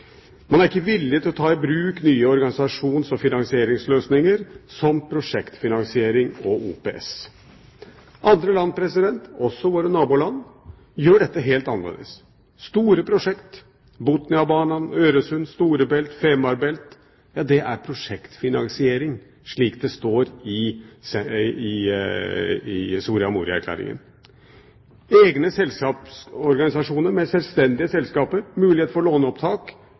Man er ikke villig til å ta i bruk nye organisasjons- og finansieringsløsninger som prosjektfinansiering og OPS. Andre land, også våre naboland, gjør dette helt annerledes. Store prosjekt – Botniabanan, Øresund, Storebælt, Femerbælt, ja det er prosjektfinansiering, slik det står i Soria Moria-erklæringen – egne selskapsorganisasjoner med selvstendige selskaper, mulighet for låneopptak